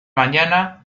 mañana